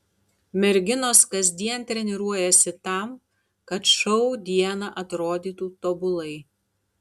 merginos kasdien treniruojasi tam kad šou dieną atrodytų tobulai